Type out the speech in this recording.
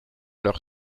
leur